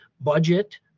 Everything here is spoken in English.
budget